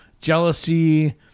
jealousy